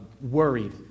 worried